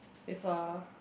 with a